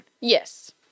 Yes